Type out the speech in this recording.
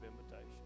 invitation